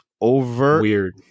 overt